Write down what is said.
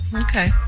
okay